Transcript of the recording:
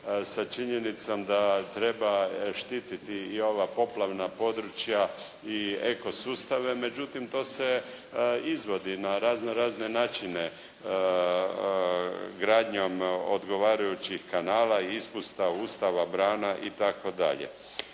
sa činjenicom da treba štititi i ova poplavna područja i eko sustave, međutim to se izvodi na razno razne načine gradnjom odgovarajućih kanala, ispusta, ustava, brana itd.